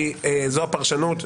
כי זו הפרשנות,